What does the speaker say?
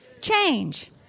change